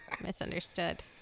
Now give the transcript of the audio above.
Misunderstood